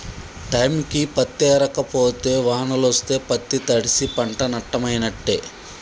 టైంకి పత్తేరక పోతే వానలొస్తే పత్తి తడ్సి పంట నట్టమైనట్టే